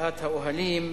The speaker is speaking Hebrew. מחאת האוהלים,